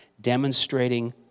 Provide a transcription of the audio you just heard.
demonstrating